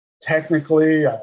technically